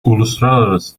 uluslararası